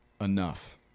enough